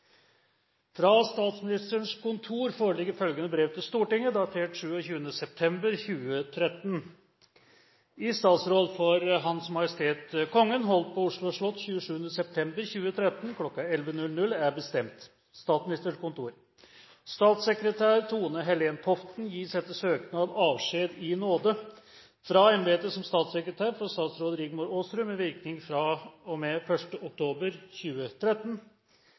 Fra Statsministerens kontor foreligger følgende brev til Stortinget, datert 27. september 2013: «I statsråd for H.M. Kongen holdt på Oslo slott 27. september 2013 kl. 11.00 er bestemt: Statssekretær Tone-Helen Toften gis etter søknad avskjed i nåde fra embetet som statssekretær for statsråd Rigmor Aasrud med virkning fra og med 1. oktober 2013.